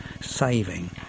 Saving